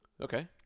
Okay